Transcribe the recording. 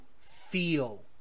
feel